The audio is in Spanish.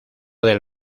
del